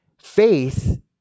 Faith